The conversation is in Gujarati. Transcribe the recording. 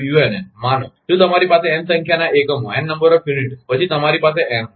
unn માનો જો તમારી પાસે n સંખ્યા ના એકમો પછી તમારી પાસે એન હશે